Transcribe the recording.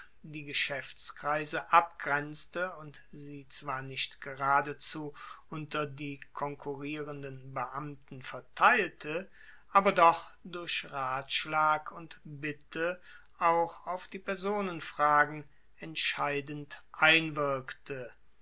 die geschaeftskreise abgrenzte und sie zwar nicht geradezu unter die konkurrierenden beamten verteilte aber doch durch ratschlag und bitte auch auf die personenfragen entscheidend einwirkte